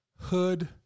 Hood